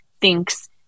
thinks